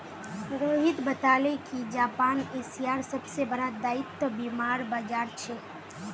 रोहित बताले कि जापान एशियार सबसे बड़ा दायित्व बीमार बाजार छे